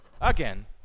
again